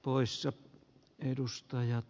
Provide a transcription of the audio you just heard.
poissa edustajat